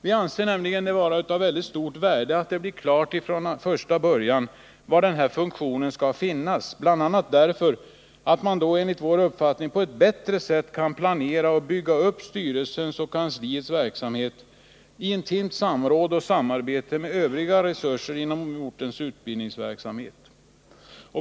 Vi anser nämligen att det är av mycket stort värde att det från första början blir klart var denna funktion skall finnas, bl.a. därför att man då enligt vår uppfattning på ett bättre sätt kan planera och bygga upp styrelsens och kansliets verksamhet i intimt samråd och samarbete med Övriga resurser inom ortens utbildningsverksamhet.